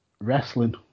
wrestling